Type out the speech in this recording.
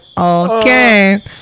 okay